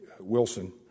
Wilson